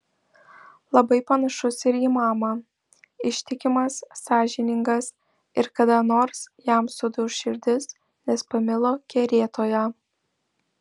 labai panašus ir į mamą ištikimas sąžiningas ir kada nors jam suduš širdis nes pamilo kerėtoją